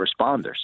responders